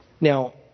Now